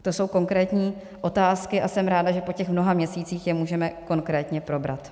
To jsou konkrétní otázky a jsem ráda, že po těch mnoha měsících je můžeme konkrétně probrat.